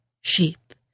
sheep